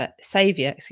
Saviour